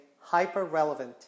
hyper-relevant